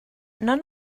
none